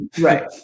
Right